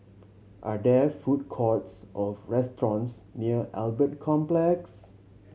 are there food courts or restaurants near Albert Complex